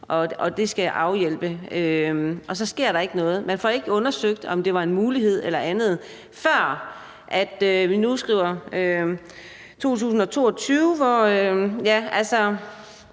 at det skal være en hjælp, og så sker der ikke noget. Man får ikke undersøgt, om bl.a. det var en mulighed, før vi nu skriver 2022, hvor